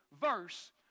verse